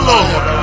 Lord